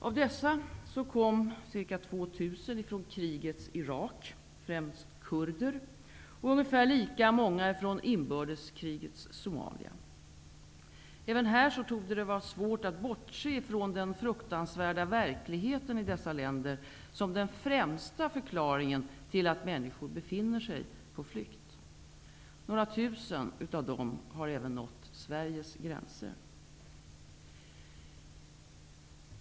Av dessa kom ca 2 000 från krigets Irak, främst kurder, och ungefär lika många från inbördeskrigets Somalia. Även här torde det vara svårt att bortse från den fruktansvärda verkligheten i dessa länder som den främsta förklaringen till att människor befinner sig på flykt. Några tusen av dem har även nått Sveriges gränser.